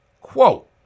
quote